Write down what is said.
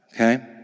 Okay